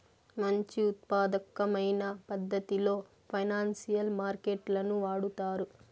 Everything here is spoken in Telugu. మంచి ఉత్పాదకమైన పద్ధతిలో ఫైనాన్సియల్ మార్కెట్ లను వాడుతారు